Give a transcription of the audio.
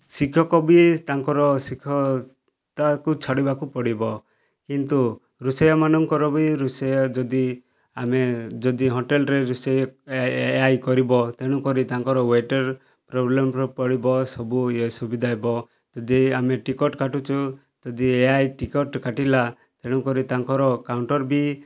ଶିକ୍ଷକ ବି ତାଙ୍କର ଶିକ୍ଷକତାକୁ ଛାଡ଼ିବାକୁ ପଡ଼ିବ କିନ୍ତୁ ରୋଷେୟାମାନଙ୍କର ବି ରୋଷେୟା ଯଦି ଆମେ ଯଦି ହୋଟେଲ୍ରେ ରୋଷେଇ ଏ ଆଇ କରିବ ତେଣୁକରି ତାଙ୍କର ୱେଟର୍ ପ୍ରୋବ୍ଲେମ୍ରେ ପଡ଼ିବ ସବୁ ଇଏ ସୁବିଧା ହେବ ଯଦି ଆମେ ଟିକଟ୍ କାଟୁଛୁ ଯଦି ଏ ଆଇ ଟିକଟ୍ କାଟିଲା ତେଣୁକରି ତାଙ୍କର କାଉଣ୍ଟର୍ ବି